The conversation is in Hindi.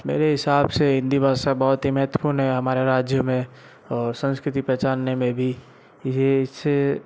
मेरे हिसाब से हिंदी भाषा बहुत ही महत्वपूर्ण है हमारे राज्य में और संस्कृति पहचानने में भी यह इससे